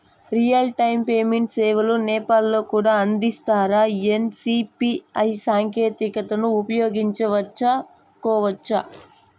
Real time payment సేవలు నేపాల్ లో కూడా అందిస్తారా? ఎన్.సి.పి.ఐ సాంకేతికతను ఉపయోగించుకోవచ్చా కోవచ్చా?